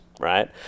Right